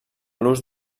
l’ús